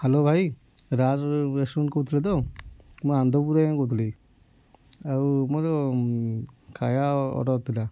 hello ଭାଇ ରାର୍ restaurant କହୁଥିଲେ ତ ମୁଁ ଆନନ୍ଦପୁରରୁ ଆଜ୍ଞା କହୁଥିଲି ଆଉ ମୋର ଖାଇବା ଅର୍ଡ଼ର୍ ଥିଲା